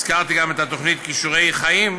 הזכרתי גם את התוכנית "כישורי חיים".